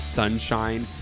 sunshine